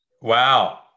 Wow